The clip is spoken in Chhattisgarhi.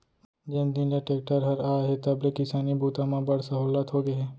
जेन दिन ले टेक्टर हर आए हे तब ले किसानी बूता म बड़ सहोल्लत होगे हे